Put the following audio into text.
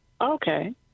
Okay